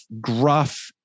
gruff